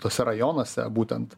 tuose rajonuose būtent